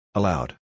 Allowed